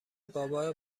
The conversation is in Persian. بابا